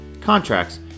contracts